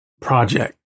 project